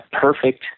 perfect